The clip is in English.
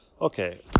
okay